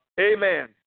Amen